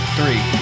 Three